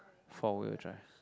four wheel drive